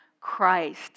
Christ